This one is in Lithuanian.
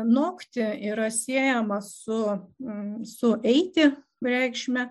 nokti yra siejama su su eiti reikšme